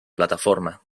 plataforma